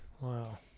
Wow